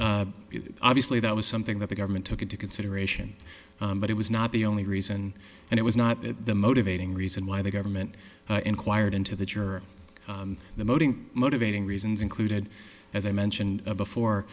not obviously that was something that the government took into consideration but it was not the only reason and it was not the motivating reason why the government inquired into that you're the motoring motivating reasons included as i mentioned before